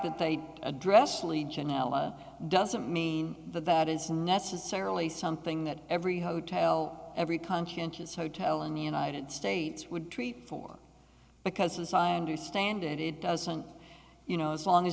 that they address legionella doesn't mean that that is necessarily something that every hotel every conscientious hotel in the united states would treat for because assigned to stand it it doesn't you know as long as